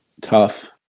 tough